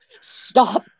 stop